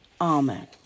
Amen